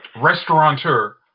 restaurateur